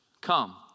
come